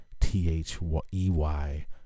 T-H-E-Y